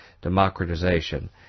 democratization